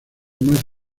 más